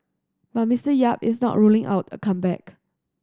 but Mister Yap is not ruling out a comeback